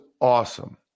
awesome